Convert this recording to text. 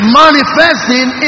manifesting